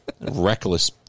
Reckless